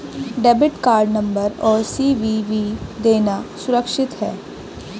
Debit card number और CVV देना सुरक्षित है?